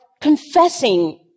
confessing